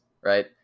right